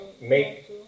make